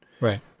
Right